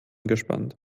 gespannt